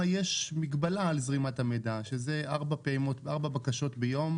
יש מגבלה על זרימת המידע שזה ארבע בקשות ביום.